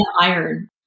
iron